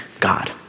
God